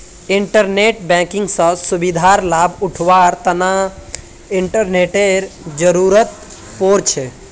internet banking स सुविधार लाभ उठावार तना इंटरनेटेर जरुरत पोर छे